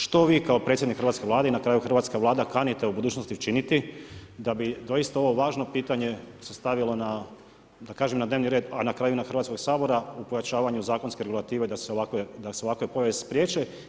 Što vi kao predsjednik hrvatske Vlade i na kraju hrvatska Vlada kanite u budućnosti učiniti da bi doista ovo važno pitanje se stavilo na dnevni red, a na kraju Hrvatskog sabora u pojačavanju zakonske regulative da se ovakve pojave spriječe?